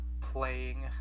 playing